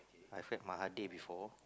I've read Mahatir before